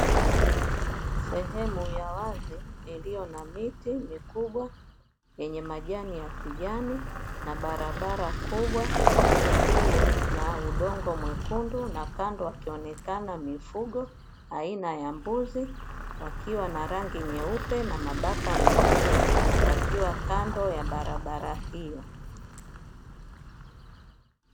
Sehemu ya wazi iliyo na miti mikubwa yenye majani ya kijani na barabara kubwa, iliyo na udongo mwekundu na kando wakionekana mifugo aina ya mbuzi, wakiwa na rangi nyeupe na mabaka meusi, wakiwa kando ya barabara hiyo.